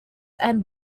and